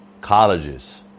colleges